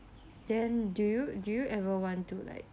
then do you do you ever want to like